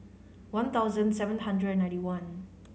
one thousand seven hundred and ninety one